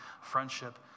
friendship